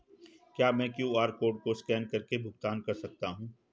क्या मैं QR code को स्कैन करके भुगतान कर सकता हूं?